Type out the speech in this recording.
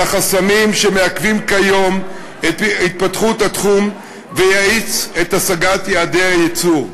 החסמים שמעכבים כיום את התפתחות התחום ויאיץ את השגת יעדי הייצור.